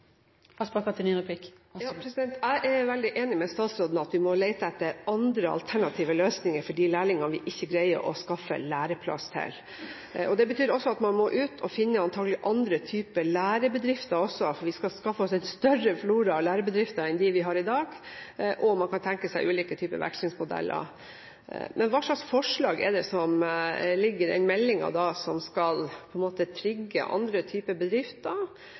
Jeg er veldig enig med statsråden i at vi må lete etter andre alternative løsninger for de lærlingene vi ikke greier å skaffe læreplass til. Det betyr at man antagelig må ut og finne andre typer lærebedrifter, altså skaffe en større flora av lærebedrifter enn dem vi har i dag, og man kan tenke seg ulike vekslingsmodeller. Men hvilke forslag er det som ligger i meldingen som på en måte skal trigge andre typer bedrifter,